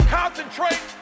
concentrate